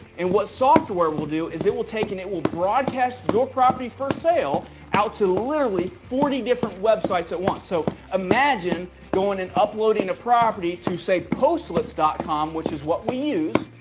and what software will do is it will take and it, will broadcast your property for sale out to literally forty different web sites at once. so imagine going in, uploading a property to say postlets dot com, com, which is what we use.